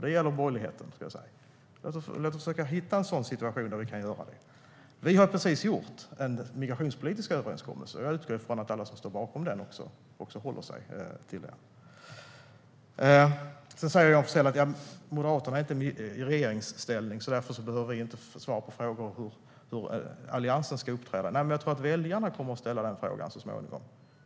Det gäller borgerligheten. Låt oss försöka hitta en sådan situation där vi kan göra detta. Vi har precis gjort en migrationspolitisk överenskommelse, och jag utgår från att alla som står bakom den också håller sig till den. Johan Forssell säger sedan att Moderaterna inte är i regeringsställning, så därför behöver de inte svara på frågor om hur Alliansen ska uppträda. Jag tror dock att väljarna kommer att ställa den frågan så småningom.